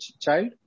child